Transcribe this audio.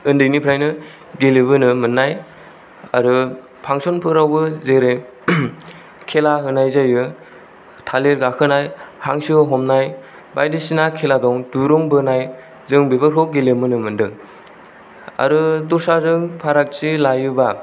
उन्दैनिफ्रायनो गेलेबोनो मोननाय आरो फांसन फोरावबो जेरै खेला होनाय जायो थालिर गाखोनाय हांसो हमनाय बायदिसिना खेला दं दुरुं बोनाय जों बेफोरखौ गेलेबोनो मोन्दों आरो दस्राजों फारागथि लायोबा